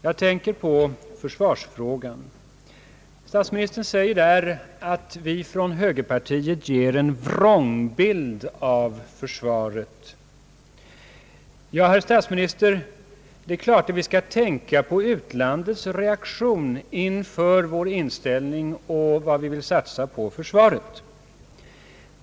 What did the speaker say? Jag tänker på försvarsfrågan. Statsministern säger där att vi från högerpartiet ger en vrångbild av försvaret. Herr statsminister, det är klart att vi skall tänka på utlandets reaktion inför vår inställning.